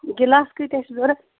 گِلاسہٕ کٲتیٛاہ چھِ ضروٗرت